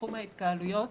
בתחום ההתקהלויות.